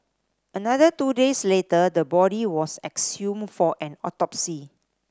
another two days later the body was exhumed for an autopsy